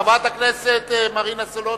חברת הכנסת מרינה סולודקין,